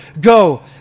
go